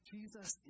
Jesus